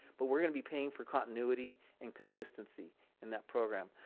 but we're gonna be paying for continuity and consistency in that program.